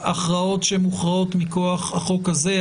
ההכרעות שמוכרעות מכוח החוק הזה,